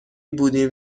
بودیم